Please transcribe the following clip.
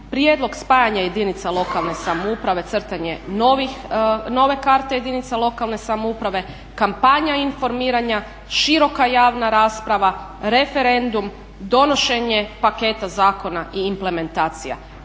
prijedlog spajanja jedinica lokalne samouprave crtanje nove karte jedinica lokalne samouprave, kampanja informiranja, široka javna rasprava, referendum, donošenje paketa zakona i implementacija.